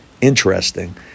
interesting